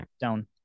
down